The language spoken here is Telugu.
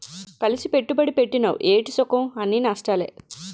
కలిసి పెట్టుబడి పెట్టినవ్ ఏటి సుఖంఅన్నీ నష్టాలే